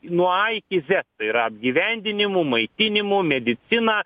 nuo a iki zet tai yra apgyvendinimu maitinimu medicina